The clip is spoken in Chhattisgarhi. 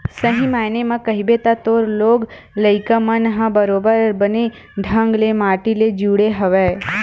सही मायने म कहिबे त तोर लोग लइका मन ह बरोबर बने ढंग ले माटी ले जुड़े हवय